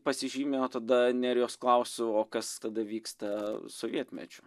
pasižymi o tada nerijos klausiu o kas tada vyksta sovietmečiu